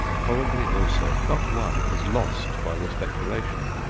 probably, also, not one has lost by the speculation,